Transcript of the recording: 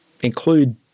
include